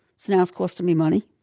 so now it's costing me money.